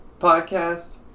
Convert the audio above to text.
podcast